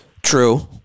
True